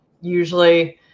Usually